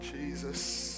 Jesus